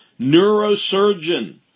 neurosurgeon